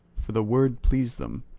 for the word pleased them.